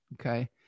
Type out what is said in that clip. Okay